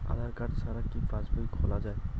আধার card ছাড়া কি পাসবই খোলা যায়?